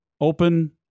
open –